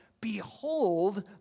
Behold